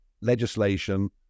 legislation